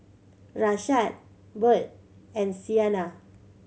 Rashaad Burt and Siena